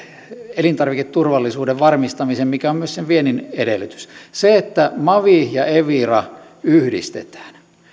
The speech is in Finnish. elintarviketurvallisuuden varmistamisen mikä on myös sen viennin edellytys siinä että mavi ja evira yhdistetään